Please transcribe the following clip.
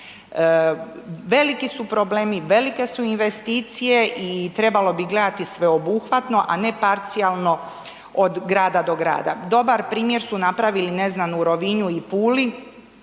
Veliki su problemi, velike su investicije i trebalo bi gledati sveobuhvatno, a ne parcijalno od grada do grada. Dobar primjer su napravili, ne znam, u Rovinju i Puli